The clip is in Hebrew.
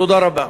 תודה רבה.